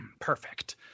perfect